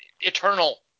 eternal